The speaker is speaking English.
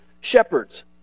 shepherds